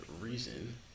reason